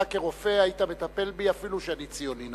אתה כרופא אתה היית מטפל בי אפילו שאני ציוני,